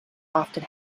often